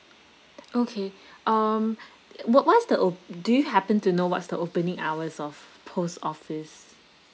okay um what what's the o~ do you happen to know what's the opening hours of post office